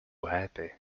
happy